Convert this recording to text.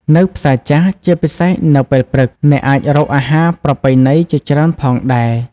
នៅផ្សារចាស់ ជាពិសេសនៅពេលព្រឹក អ្នកអាចរកអាហារប្រពៃណីជាច្រើនផងដែរ ។